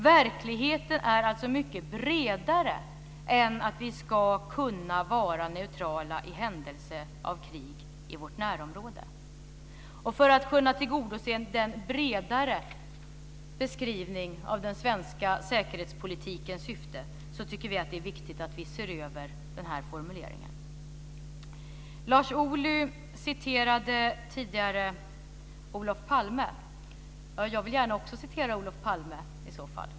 Verkligheten är alltså mycket bredare än att vi ska kunna vara neutrala i händelse av krig i vårt närområde. För att kunna tillgodose denna bredare beskrivning av den svenska säkerhetspolitikens syfte tycker vi att det är viktigt att vi ser över den här formuleringen. Lars Ohly citerade tidigare Olof Palme. I så fall vill jag gärna också citera Olof Palme, Lars Ohly.